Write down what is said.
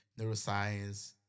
neuroscience